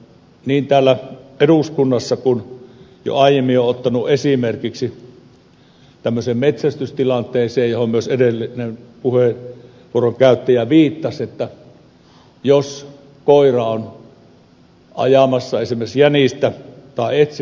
niin täällä eduskunnassa kuin jo aiemmin olen ottanut esimerkiksi metsästystilanteen johon myös edellinen puheenvuoron käyttäjä viittasi että koira on esimerkiksi etsimässä jänistä ja siihen ilmestyy susi